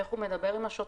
איך הוא מדבר עם השוטר,